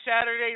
Saturday